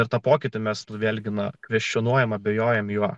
ir tą pokytį mes nu vėlgi na kvestionuojam abejojam juo